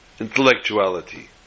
intellectuality